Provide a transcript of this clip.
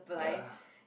ya